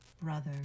brother